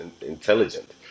intelligent